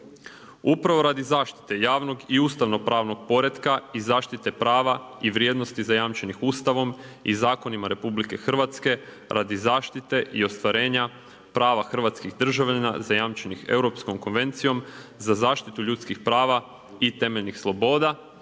Upravo radi zaštite javnog i ustavnopravnog poretka i zaštite prava i vrijednosti zajamčenih Ustavom i zakonima RH radi zaštite i ostvarenja prava hrvatskih državljana zajamčenih Europskom konvencijom za zaštitu ljudskih prava i temeljnih sloboda